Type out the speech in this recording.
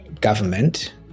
government